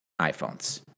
iPhones